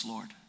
Lord